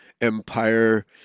empire